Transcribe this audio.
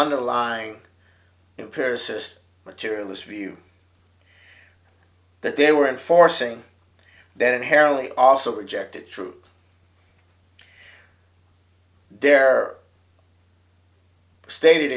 underlying empiricist materialist view that they were enforcing that inherently also rejected through their state